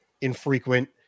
infrequent